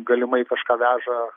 galimai kažką veža